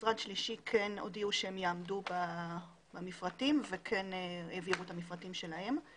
משרד שלישי הודיעו שכן הם יעמדו במפרטים וכן העבירו את המפרטים שלהם.